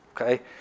Okay